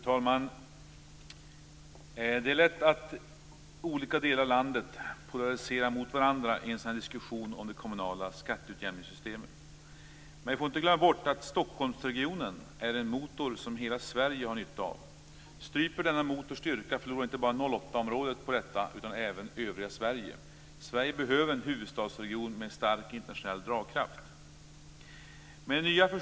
Fru talman! Det är lätt att olika delar av landet polariserar mot varandra i en sådan här diskussion om det kommunala skatteutjämningssystemet. Men vi får inte glömma bort att Stockholmsregionen är en motor som hela Sverige har nytta av. Stryper denna motors styrka förlorar inte bara 08-området på detta utan även övriga Sverige. Sverige behöver en huvudstadsregion med en stark internationell dragkraft.